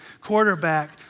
quarterback